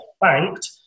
banked